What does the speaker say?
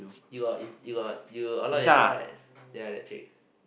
you got you got you a lot of data right